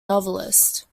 novelist